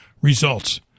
Results